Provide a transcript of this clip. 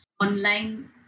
online